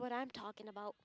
what i'm talking about